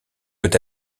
peut